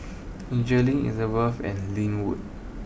Jaylin Ebenezer and Linwood